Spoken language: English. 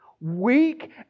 Weak